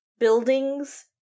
buildings